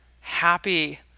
happy